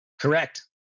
correct